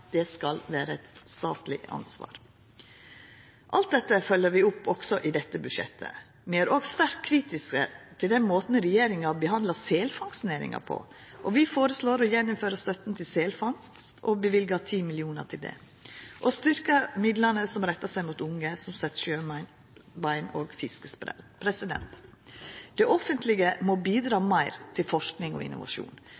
skal vera eit statleg ansvar. Alt dette følgjer vi opp også i dette budsjettet. Vi er òg sterkt kritiske til den måten regjeringa har behandla selfangstnæringa på. Vi føreslår å gjeninnføra støtta til selfangst og løyver 10 mill. kr til det. Og vi styrkjer midlane som rettar seg mot unge, slik som Sett Sjøbein og Fiskesprell. Det offentlege må